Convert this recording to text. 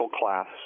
class